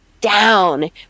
down